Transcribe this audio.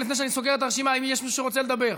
בעזרת השם, לסעיף הבא שעל סדר-היום: